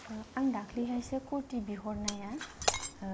आं दाख्लिहायसो कुर्टि बिहरनाया